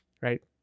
right